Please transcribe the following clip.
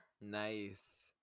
Nice